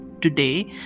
today